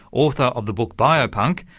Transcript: author of the book biopunk,